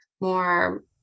more